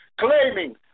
claiming